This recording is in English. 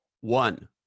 one